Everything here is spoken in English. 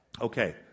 Okay